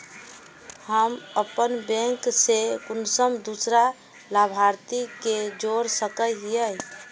हम अपन बैंक से कुंसम दूसरा लाभारती के जोड़ सके हिय?